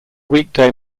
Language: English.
weekday